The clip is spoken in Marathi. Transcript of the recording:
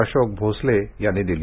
अशोक भोसले यांनी दिली